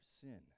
sin